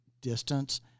distance